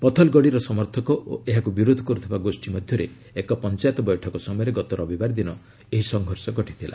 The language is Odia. ପଥଲଗଡ଼ିର ସମର୍ଥକ ଓ ଏହାକୃ ବିରୋଧ କର୍ତ୍ତିବା ଗୋଷ୍ଠୀ ମଧ୍ୟରେ ଏକ ପଞ୍ଚାୟତ ବୈଠକ ସମୟରେ ଗତ ରବିବାର ଦିନ ସଂଘର୍ଷ ଘଟିଥିଲା